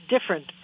different